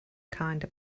kinda